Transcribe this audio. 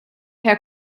herr